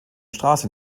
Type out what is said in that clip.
straße